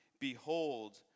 Behold